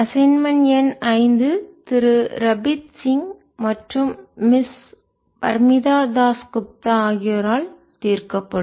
assignment எண் ஐந்து திரு ரபீத் சிங் மற்றும் மிஸ் பர்மிதா தாஸ் குப்தா ஆகியோரால் தீர்க்கப்படும்